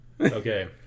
Okay